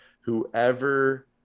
whoever